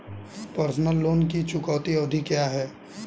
Personal loan की चुकौती अवधि क्या है?